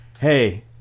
hey